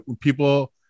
people